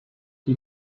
die